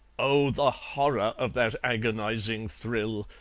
oh! the horror of that agonizing thrill!